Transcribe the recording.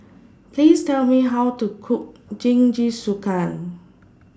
Please Tell Me How to Cook Jingisukan